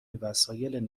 وسایل